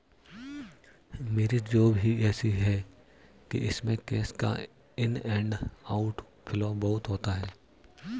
मेरी जॉब ही ऐसी है कि इसमें कैश का इन एंड आउट फ्लो बहुत होता है